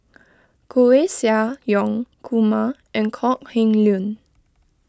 Koeh Sia Yong Kumar and Kok Heng Leun